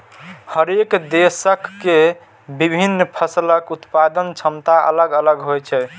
हरेक देशक के विभिन्न फसलक उत्पादन क्षमता अलग अलग होइ छै